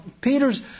Peter's